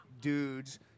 dudes